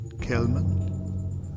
Kelman